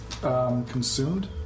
consumed